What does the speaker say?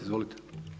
Izvolite.